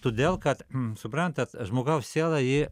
todėl kad suprantat žmogaus siela ji